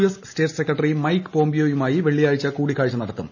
S state secretary Mike പോംപിയോയുമായി വെളളിയാഴ്ച കൂടിക്കാഴ്ച നടത്തും